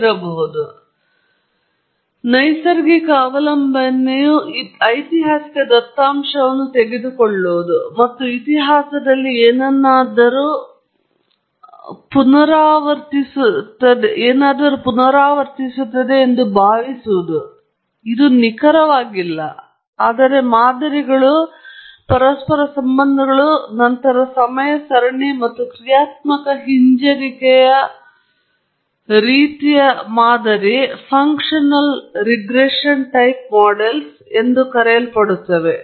ಆದ್ದರಿಂದ ನೈಸರ್ಗಿಕ ಅವಲಂಬನೆಯು ಐತಿಹಾಸಿಕ ದತ್ತಾಂಶವನ್ನು ತೆಗೆದುಕೊಳ್ಳುವುದು ಮತ್ತು ಇತಿಹಾಸದಲ್ಲಿ ಏನನ್ನಾದರೂ ಪುನರಾವರ್ತಿಸುತ್ತದೆ ಎಂದು ಭಾವಿಸುವುದು ನಿಖರವಾಗಿಲ್ಲ ಆದರೆ ಮಾದರಿಗಳು ಮತ್ತು ಪರಸ್ಪರ ಸಂಬಂಧಗಳು ಮತ್ತು ನಂತರ ಮತ್ತು ಸಮಯ ಸರಣಿ ಅಥವಾ ಕ್ರಿಯಾತ್ಮಕ ಹಿಂಜರಿಕೆಯ ರೀತಿಯ ಮಾದರಿ ಎಂದು ಕರೆಯಲ್ಪಡುತ್ತವೆ